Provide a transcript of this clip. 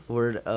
word